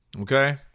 okay